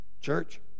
Church